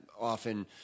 often